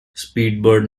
speedbird